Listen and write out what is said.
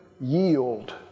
yield